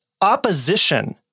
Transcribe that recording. opposition